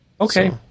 Okay